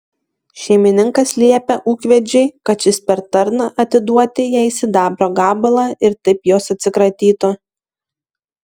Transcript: šeimininkas liepia ūkvedžiui kad šis per tarną atiduoti jai sidabro gabalą ir taip jos atsikratytų